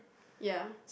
ya